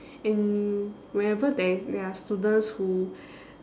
and whenever there is there are students who